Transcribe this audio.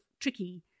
tricky